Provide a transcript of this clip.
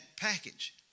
package